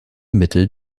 mittel